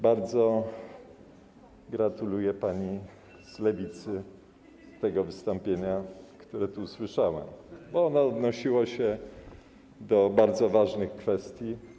Bardzo gratuluję pani z Lewicy tego wystąpienia, które tu usłyszałem, bo ono odnosiło się do bardzo ważnych kwestii.